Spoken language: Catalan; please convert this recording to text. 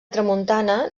tramuntana